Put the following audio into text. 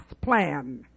plan